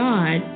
God